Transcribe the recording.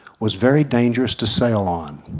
was very dangerous to sail on.